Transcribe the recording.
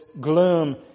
gloom